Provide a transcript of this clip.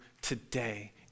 Today